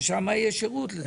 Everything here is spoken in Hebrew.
ששם יהיה שירות.